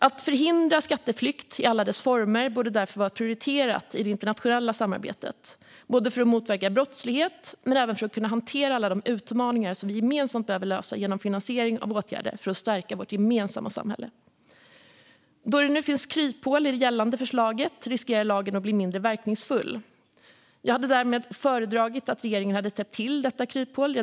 Att förhindra skatteflykt i alla dess former borde därför vara prioriterat i det internationella samarbetet både för att motverka brottslighet och för att kunna hantera alla de utmaningar som vi gemensamt behöver lösa genom finansiering av åtgärder för att stärka vårt gemensamma samhälle. Då det nu finns kryphål i det gällande förslaget riskerar lagen att bli mindre verkningsfull. Jag hade därför föredragit att regeringen i sitt förslag hade täppt till detta kryphål.